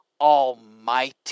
Almighty